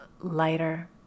lighter